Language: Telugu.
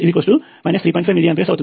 5mA అవుతుంది